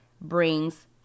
brings